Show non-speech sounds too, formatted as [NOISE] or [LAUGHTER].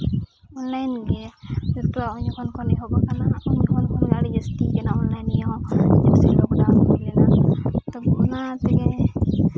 online ᱜᱮ ᱡᱚᱠᱷᱚᱱ ᱠᱷᱚᱱ ᱮᱦᱚᱵ ᱠᱟᱱᱟ ᱦᱟᱸᱜ ᱩᱱ ᱠᱷᱚᱱ ᱜᱮ ᱟᱹᱰᱤ ᱡᱟᱹᱥᱛᱤ ᱜᱮᱦᱟᱸᱜ ᱚᱱᱞᱟᱭᱤᱱ ᱱᱤᱭᱟᱹ ᱦᱚᱸ [UNINTELLIGIBLE] ᱚᱱᱟ ᱛᱮᱜᱮ